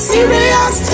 Serious